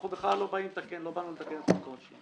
אנחנו לא באנו לתקן את חוק העונשין.